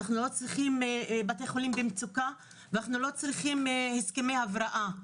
אנחנו לא נצטרך בתי חולים במצוקה ואנחנו לא צריכים הסכמי הבראה,